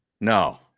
No